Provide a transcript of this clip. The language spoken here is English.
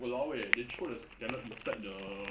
!walao! eh they throw the scallop inside the